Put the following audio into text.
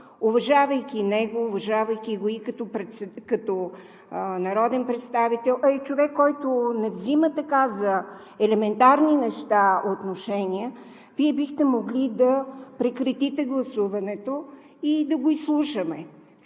уважавайки него, уважавайки го и като народен представител, а и като човек, който не взима отношение за елементарни неща, бихте могли да прекратите гласуването и да го изслушаме.